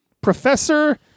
Professor